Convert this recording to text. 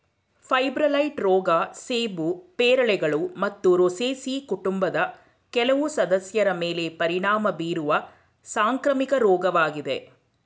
fire blight ರೋಗ ಸೇಬು ಪೇರಳೆಗಳು ಮತ್ತು ರೋಸೇಸಿ ಕುಟುಂಬದ ಕೆಲವು ಸದಸ್ಯರ ಮೇಲೆ ಪರಿಣಾಮ ಬೀರುವ ಸಾಂಕ್ರಾಮಿಕ ರೋಗವಾಗಿದೆ